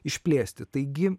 išplėsti taigi